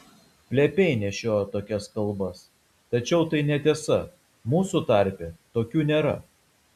plepiai nešiojo tokias kalbas tačiau tai netiesa mūsų tarpe tokių nėra